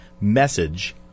message